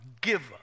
giver